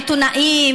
עיתונאים,